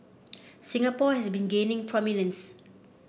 Singapore has been gaining prominence